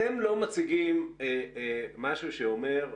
אתם לא מציגים משהו שאומר,